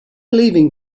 leaving